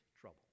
trouble